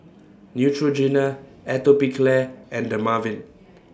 Neutrogena Atopiclair and Dermaveen